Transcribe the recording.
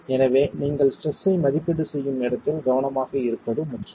எனவே நீங்கள் ஸ்ட்ரெஸ் ஐ மதிப்பீடு செய்யும் இடத்தில் கவனமாக இருப்பது முக்கியம்